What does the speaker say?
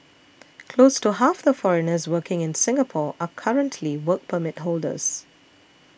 close to half the foreigners working in Singapore are currently Work Permit holders